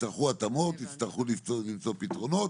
יצטרכו התאמות, יצטרכו למצוא פתרונות.